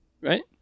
right